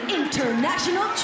international